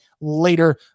later